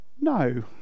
no